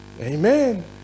Amen